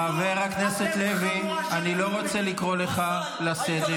חבר הכנסת לוי, אני לא רוצה לקרוא אותך לסדר.